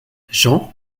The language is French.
jean